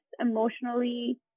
emotionally